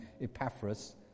Epaphras